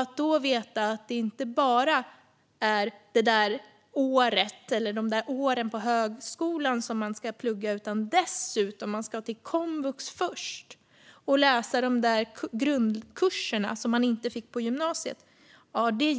Att då veta att det inte bara är ett eller ett par år på högskolan som man ska plugga utan att man dessutom först ska till komvux och läsa de grundkurser som man inte fick på gymnasiet